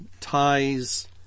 ties